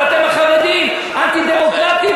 ו"אתם החרדים אנטי-דמוקרטים,